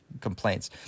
complaints